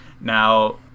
Now